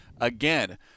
again